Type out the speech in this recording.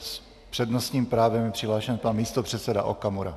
S přednostním právem je přihlášen pan místopředseda Okamura.